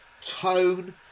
tone